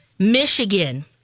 Michigan